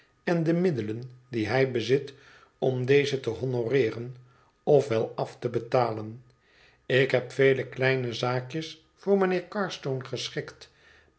en de middelen die hij bezit om deze te honoreeren of wel af te betalen ik heb vele kleine zaakjes voor mijnheer carstone geschikt